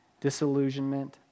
disillusionment